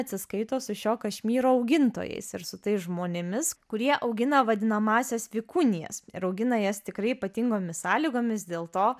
atsiskaito su šio kašmyro augintojais ir su tais žmonėmis kurie augina vadinamąsias vikunijas ir augina jas tikrai ypatingomis sąlygomis dėl to